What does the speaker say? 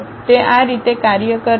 તે આ રીતે કાર્ય કરે છે